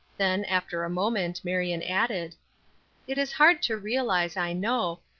then, after a moment, marion added it is hard to realize, i know,